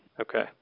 Okay